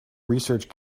research